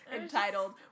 entitled